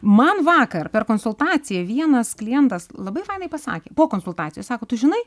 man vakar per konsultaciją vienas klientas labai fainai pasakė po konsultacijos sako tu žinai